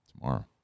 Tomorrow